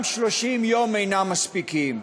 גם 30 יום אינם מספיקים,